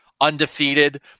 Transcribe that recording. undefeated